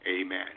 Amen